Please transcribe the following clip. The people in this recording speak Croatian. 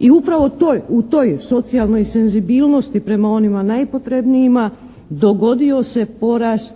I upravo u toj socijalnoj senzibilnosti prema onima najpotrebnijima dogodio se porast